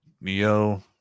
Neo